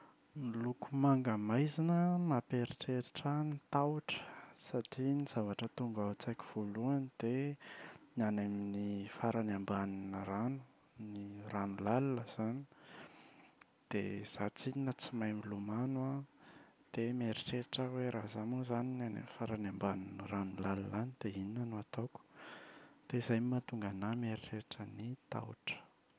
Ny loko manga maizina an, mampieritreritra ahy ny tahotra satria ny zavatra tonga ao an-tsaiko voalohany dia ny any amin’ny farany ambanin’ny rano. Ny rano lalina izany, dia izaho tsinona tsy mahay milomano an dia mieritreritra aho hoe raha izaho moa izany no any amin’ny farany ambanin’ny rano lalina any dia inona no ataoko?